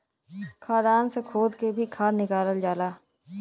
खदान से खोद के भी खाद निकालल जाला